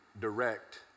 direct